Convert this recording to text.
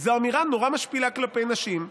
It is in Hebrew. זאת אמירה נורא משפילה כלפי נשים,